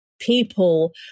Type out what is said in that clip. people